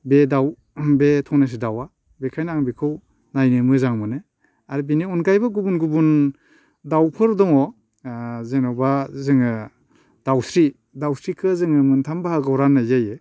बे दाउ बे धनेस दाउआ बेखायनो आं बेखौ नायनो मोजां मोनो आरो बिनि अनगायैबो गुबुन गुबुन दाउफोर दङ ओ जेन'बा जोङो दाउस्रि दाउस्रिखो जोङो मोनथाम बाहागोआव राननाय जायो